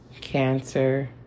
Cancer